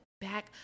back